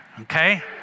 okay